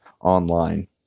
online